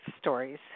stories